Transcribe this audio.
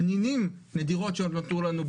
פנינים נדירות שעוד נותרו לנו.